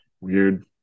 Weird